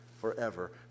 forever